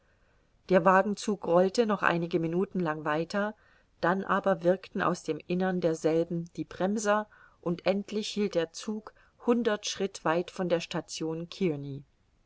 der wagenzug rollte noch einige minuten lang weiter dann aber wirkten aus dem innern derselben die bremser und endlich hielt der zug hundert schritt weit von der station